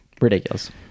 Ridiculous